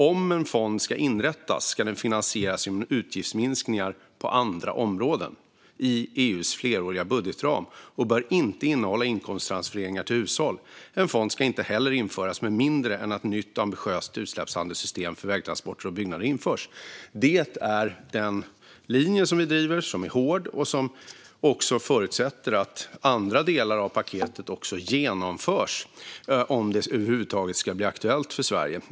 Om en fond ska inrättas ska den finansieras genom utgiftsminskningar på andra områden i EU:s fleråriga budgetram, och den bör inte innehålla inkomsttransfereringar till hushåll. En fond ska inte heller införas med mindre än att ett nytt och ambitiöst utsläppshandelssystem för vägtransporter och byggnader införs. Det är den linje som vi driver. Den är hård och förutsätter att andra delar av paketet också genomförs om det över huvud taget ska bli aktuellt för Sverige.